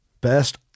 best